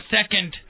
second